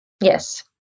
Yes